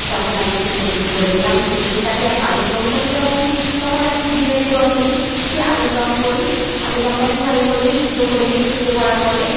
তখন আমি একটু কচুরি করে দিলাম কচুরির সাথে একটু আলুর দম করি যখন তখন একটু জিরে ফোঁড়ন দিই কী আলুর দম করি আলুর দমটা কীভাবে করি সিদ্ধ করে নিই সিদ্ধ করার পরে